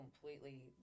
completely